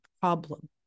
problem